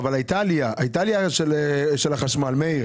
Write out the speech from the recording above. אבל הייתה עלייה של החשמל, מאיר.